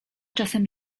czasem